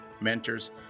mentors